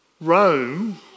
Rome